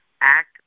act